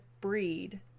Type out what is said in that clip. breed